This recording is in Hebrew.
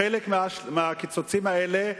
חלק מהקיצוצים האלה,